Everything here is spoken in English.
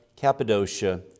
Cappadocia